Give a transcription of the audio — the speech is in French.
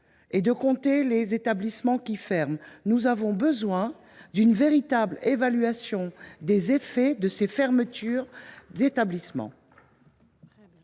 et de compter les établissements qui ferment ! Nous avons besoin d’une véritable évaluation des effets de ces fermetures d’établissements.